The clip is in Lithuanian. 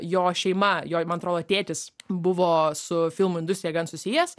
jo šeima joj man atrodo tėtis buvo su filmų industrija gan susijęs